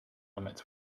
limits